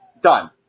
done